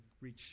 reach